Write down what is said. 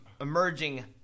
emerging